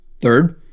Third